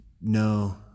No